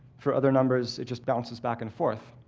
for other numbers, it just bounces back and forth.